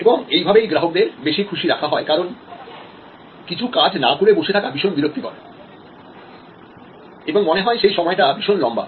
এবং এই ভাবেই গ্রাহকদের বেশি খুশি রাখা হয় কারণ কিছু কাজ না করে বসে থাকা ভীষণ বিরক্তিকর এবং মনে হয় সেই সময়টা ভীষণ লম্বা